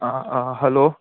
hello